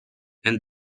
and